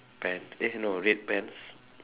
pant eh no red pants